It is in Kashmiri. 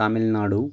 تامِل ناڈوٗ